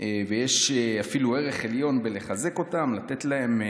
ויש אפילו ערך עליון בחיזוק שלהם,